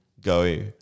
go